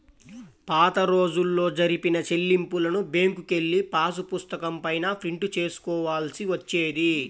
పాతరోజుల్లో జరిపిన చెల్లింపులను బ్యేంకుకెళ్ళి పాసుపుస్తకం పైన ప్రింట్ చేసుకోవాల్సి వచ్చేది